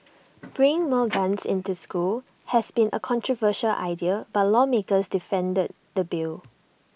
bring more guns into school has been A controversial idea but lawmakers defended the bill